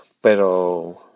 pero